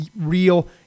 real